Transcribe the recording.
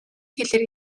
хэлээр